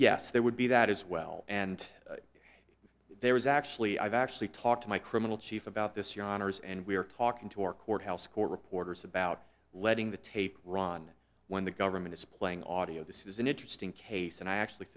yes there would be that as well and there was actually i've actually talked to my criminal chief about this yawners and we're talking to our courthouse court reporters about letting the tape ron when the government is playing audie of this is an interesting case and i actually